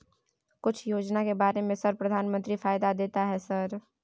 कुछ योजना के बारे में सर प्रधानमंत्री फायदा देता है सर?